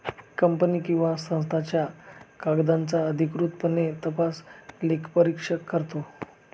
company किंवा संस्थांच्या कागदांचा अधिकृतपणे तपास लेखापरीक्षक करतो